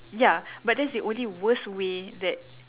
ya but that's the only worst way that